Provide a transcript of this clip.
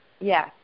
Yes